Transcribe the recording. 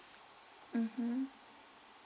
mmhmm